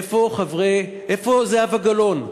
איפה זהבה גלאון?